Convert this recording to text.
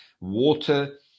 Water